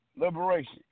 liberation